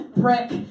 prick